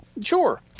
Sure